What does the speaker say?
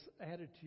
attitude